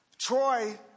Troy